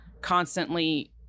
constantly